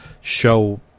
show